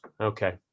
Okay